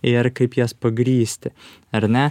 ir kaip jas pagrįsti ar ne